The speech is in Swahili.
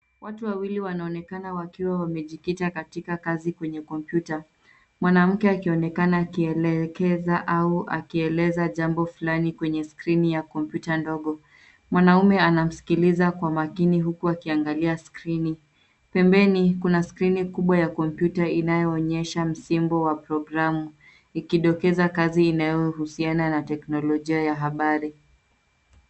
Watu wawili wanaonekana wakiwa wamejikita katika kazi kwenye kompyuta. Mwanamke akionekana akielekeza au akieleza jambo fulani kwenye skrini ya kompyuta ndogo. Mwanaume anamskiliza kwa makini huku akiangalia skrini. Pembeni, kuna skrini kubwa ya kompyuta inayoonyesha msimbo wa programu, ikidokeza kazi inayohusiana na teknolojia ya habari.